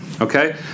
Okay